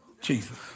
Jesus